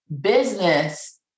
Business